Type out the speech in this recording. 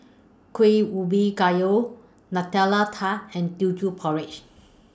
Kueh Ubi Kayu Nutella Tart and Teochew Porridge